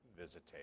visitation